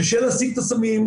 קשה להשיג את הסמים,